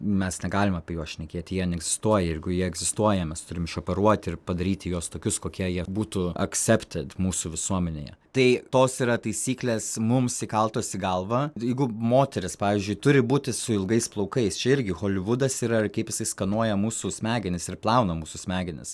mes negalim apie juos šnekėti jie neegzistuoja jeigu ir jie egzistuoja mes turim išoperuoti ir padaryti juos tokius kokie jie būtų aksepted mūsų visuomenėje tai tos yra taisyklės mums įkaltos į galvą ir jeigu moteris pavyzdžiui turi būti su ilgais plaukais čia irgi holivudas yra kaip jisai skanuoja mūsų smegenis ir plauna mūsų smegenis